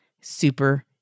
super